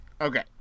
Okay